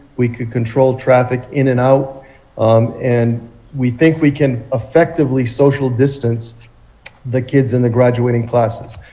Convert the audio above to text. we could control traffic in and out um and we think we can effectively social distance the kids in the graduating classes.